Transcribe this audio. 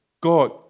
God